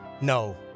No